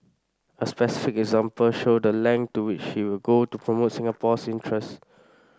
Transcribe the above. a specific example showed the length to which you'll go to promote Singapore's interest